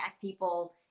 people